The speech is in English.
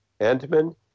Antman